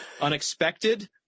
unexpected